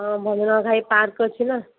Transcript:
ହଁ ଭଞ୍ଜନଗର ଘାଇ ପାର୍କ୍ ଅଛି ନା